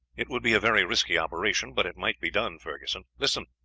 it would be a very risky operation but it might be done, ferguson. listen!